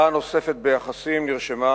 הרעה נוספת ביחסים נרשמה